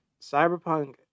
Cyberpunk